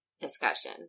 discussion